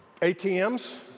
ATMs